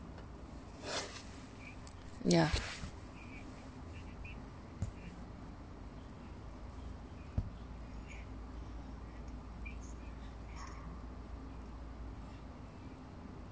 yeah